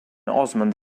osmond